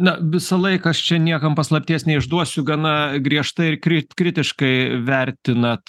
na visą laiką aš čia niekam paslapties neišduosiu gana griežtai ir kri kritiškai vertinat